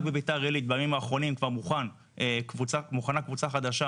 רק בביתר עלית בימים האחרונים כבר מוכנה קבוצה חדשה